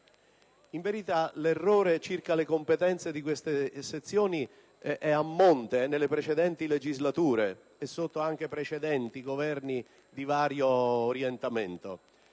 In verità, l'errore circa le competenze di queste sezioni è a monte, nelle precedenti legislature e sotto precedenti Governi di vario orientamento.